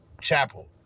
Chapel